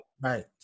Right